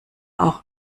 auch